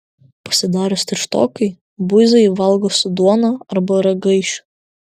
pasidarius tirštokai buizai valgo su duona arba ragaišiu